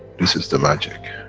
this is the magic.